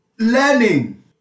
learning